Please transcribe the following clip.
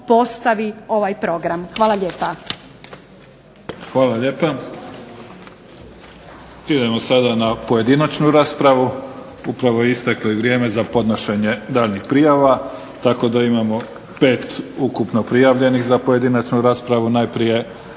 postavi ovaj program. Hvala lijepa.